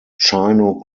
chino